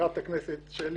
חברת הכנסת שלי